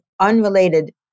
unrelated